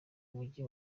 mijyi